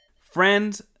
Friends